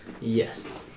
Yes